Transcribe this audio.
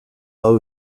hau